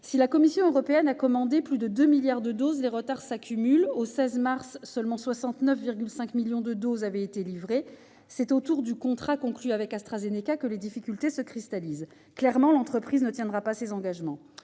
Si la Commission européenne a commandé plus de 2 milliards de doses, les retards s'accumulent. Au 16 mars, seulement 69,5 millions de doses avaient été livrées. C'est autour du contrat conclu avec AstraZeneca que les difficultés se cristallisent. Clairement, l'entreprise ne tiendra pas ses engagements.